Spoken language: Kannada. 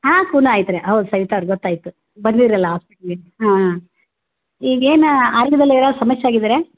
ಹಾಂ ಖೂನ ಐತೆ ರೀ ಹೌದು ಸವಿತಾ ಅವ್ರು ಗೊತ್ತಾಯಿತು ಬಂದಿದ್ದಿರಲ್ಲ ಹಾಸ್ಪಿಟ್ಲಿಗೆ ಹಾಂ ಹಾಂ ಈಗ ಏನು ಆರೋಗ್ಯದಲ್ಲಿ ಏನು ಸಮಸ್ಯೆ ಆಗಿದ್ರ